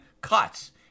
cuts